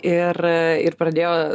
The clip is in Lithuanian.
ir ir pradėjo